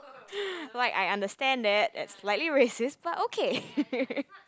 like I understand that it's slightly racist but okay